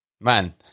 Man